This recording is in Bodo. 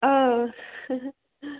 ओं